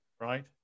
right